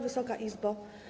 Wysoka Izbo!